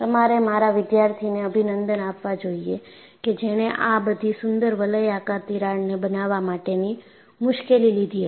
તમારે મારા વિદ્યાર્થીને અભિનંદન આપવા જોઈએકે જેણે આ બધી સુંદર વલયાકાર તિરાડને બનાવવા માટેની મુશ્કેલી લીધી હતી